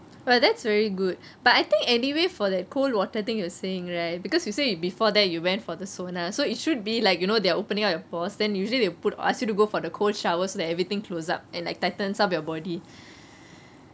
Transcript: !wah! that's very good but I think anyway for that cold water thing you were saying right because you say you before that you went for the sauna so it should be like you know they're opening up your pores then usually they put ask you to go for the cold showers and everything close up and tightens up your body